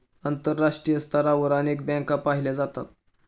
आंतरराष्ट्रीय स्तरावर अनेक बँका पाहिल्या जातात